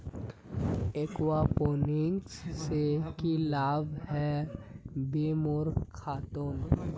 aquaponics से की लाभ ह बे मोर खेतोंत